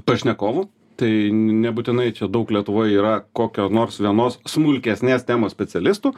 pašnekovų tai nu nebūtinai čia daug lietuvoj yra kokio nors vienos smulkesnės temos specialistų